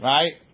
Right